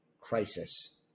crisis